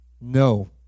no